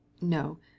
No